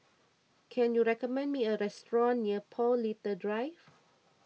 can you recommend me a restaurant near Paul Little Drive